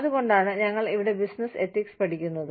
അതുകൊണ്ടാണ് ഞങ്ങൾ ഇവിടെ ബിസിനസ്സ് എത്തിക്സ് പഠിക്കുന്നത്